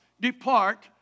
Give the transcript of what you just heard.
depart